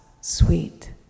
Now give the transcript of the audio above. sweet